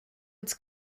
its